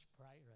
pride